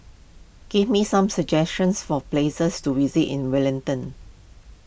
give me some suggestions for places to visit in Wellington